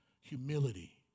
humility